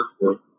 work